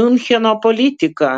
miuncheno politiką